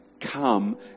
come